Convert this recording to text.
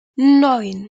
neun